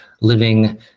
living